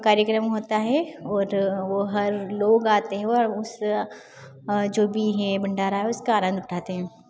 कार्यक्रम होता है और वो हर लोग आते हैं और उस जो भी है भण्डारा उसका आनंद उठाते हैं